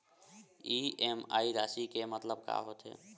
EMI राशि के मतलब का होथे?